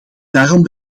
daarom